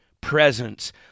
presence